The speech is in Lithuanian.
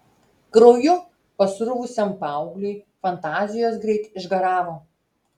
krauju pasruvusiam paaugliui fantazijos greit išgaravo